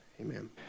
Amen